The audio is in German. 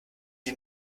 die